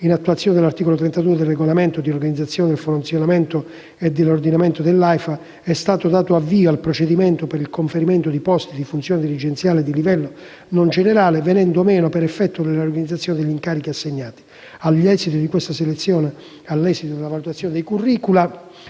in attuazione dell'articolo 32 del Regolamento di organizzazione, del funzionamento e dell'ordinamento del personale AIFA, è stato dato avvio al procedimento per il conferimento di posti di funzione dirigenziale di livello non generale, venendo meno, per effetto della riorganizzazione, gli incarichi assegnati. Agli esiti della selezione dei *curricula*